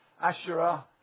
Asherah